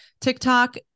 TikTok